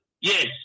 Yes